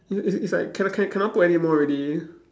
i~ it's like cannot cannot put anymore already